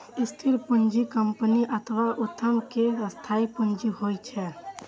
स्थिर पूंजी कंपनी अथवा उद्यम के स्थायी पूंजी होइ छै